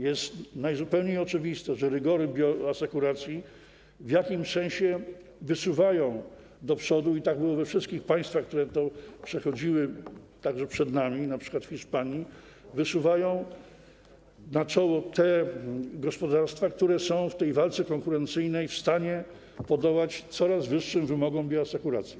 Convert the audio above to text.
Jest najzupełniej oczywiste, że rygory bioasekuracji w jakimś sensie wysuwają do przodu - i tak było we wszystkich państwach, które także to przechodziły przed nami, np. w Hiszpanii - wysuwają na czoło te gospodarstwa, które są w stanie w tej konkurencyjnej walce podołać coraz wyższym wymogom bioasekuracji.